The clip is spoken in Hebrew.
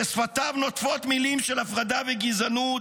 ששפתיו נוטפות מילים של הפרדה וגזענות,